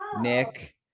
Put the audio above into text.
Nick